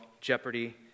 jeopardy